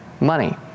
money